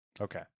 Okay